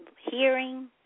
hearing